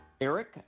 Eric